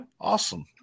Awesome